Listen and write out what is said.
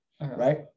right